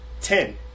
Ten